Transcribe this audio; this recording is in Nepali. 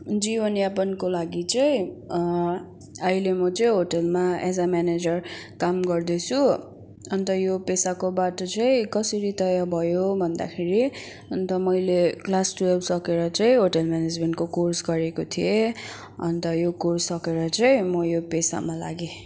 जीवन यापनको लागि चाहिँ अहिले म चाहिँ होटलमा एज अ म्यानेजर काम गर्दैछु अन्त यो पेसाको बाटो चाहिँ कसरी तय भयो भन्दाखेरि अन्त मैले क्लास टुवेल्भ सकेर चाहिँ होटल म्यानेजमेन्टको कोर्स गरेको थिएँ अन्त यो कोर्स सकेर चाहिँ म यो पेसामा लागेँ